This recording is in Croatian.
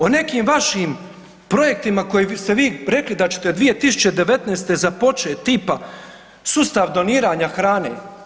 O nekim vašim projektima koje ste vi rekli da ćete 2019. započet tipa sustav doniranja hrane.